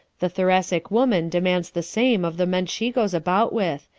the thoracic woman demands the same of the men she goes about with,